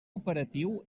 operatiu